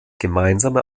gemeinsame